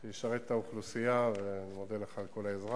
המשרת את האוכלוסייה, אני מודה לך על כל העזרה.